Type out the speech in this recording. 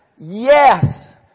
Yes